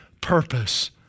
purpose